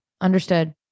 understood